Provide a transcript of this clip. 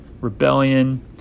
rebellion